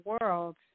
world